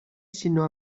sinó